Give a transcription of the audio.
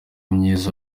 myiza